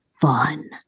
fun